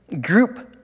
group